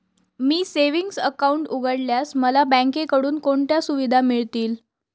मी savings account उघडल्यास मला बँकेकडून कोणत्या सुविधा मिळतील?